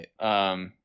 right